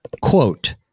Quote